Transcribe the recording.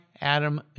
Adam